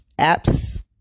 apps